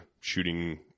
shooting